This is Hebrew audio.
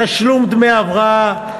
תשלום דמי הבראה,